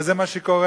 וזה מה שקורה.